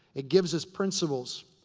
it gives us principles.